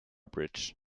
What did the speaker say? bridge